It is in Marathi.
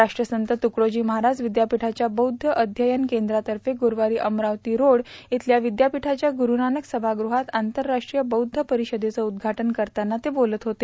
राष्ट्रसंत तुकडोजी महाराज विद्यापीठाच्या बौद्ध अध्ययन केंद्रातर्फे काल अमरावती रोड इथल्या विद्यापीठाच्या गुरूनानक सभागृहात आंतरराष्ट्रीय बौद्ध परिषदेचं उद्घाटन करताना ते बोलत होते